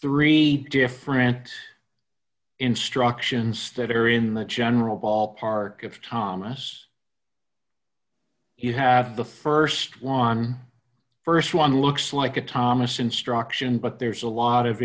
three different instructions that are in the general ballpark of thomas you have the st one st one looks like a thomas instruction but there's a lot of